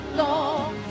long